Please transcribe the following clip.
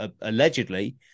allegedly